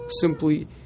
simply